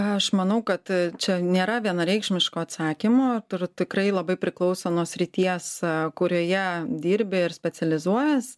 aš manau kad čia nėra vienareikšmiško atsakymo ir tikrai labai priklauso nuo srities kurioje dirbi ir specializuojies